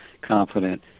confident